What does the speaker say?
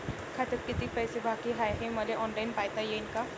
खात्यात कितीक पैसे बाकी हाय हे मले ऑनलाईन पायता येईन का?